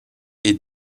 est